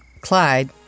Clyde